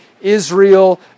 Israel